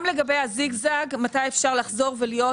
גם לגבי הזיג-זג של מתי אפשר לחזור ולהיות